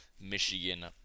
Michigan